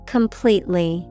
Completely